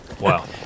wow